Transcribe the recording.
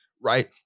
right